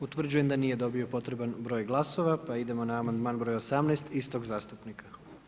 Utvrđujem da nije dobio potreban broj glasova pa idemo na amandman broj 18 istog zastupnika.